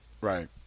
Right